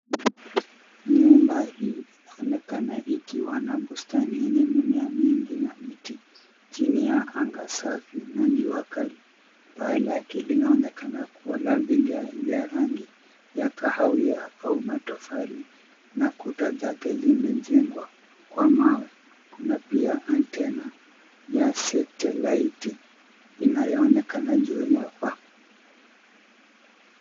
nyumba hii inaonekana ikiwa na bustani yenye mimea mingi na miti, chini ya anga safi na jua kali paa lake linaonekana kuwa la vigawi ya rangi ya kahawia au matofali na kuta zake zimejengwa kwa mawe kuna pia antena ya setilaiti inayo onekana juu la paa